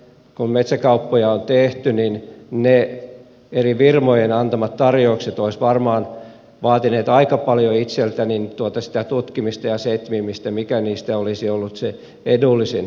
kun metsäkauppoja on tehty kyllä ne eri firmojen antamat tarjoukset olisivat vaatineet aika paljon itseltäni tutkimista ja setvimistä mikä niistä olisi ollut se edullisin